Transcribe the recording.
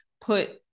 put